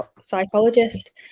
psychologist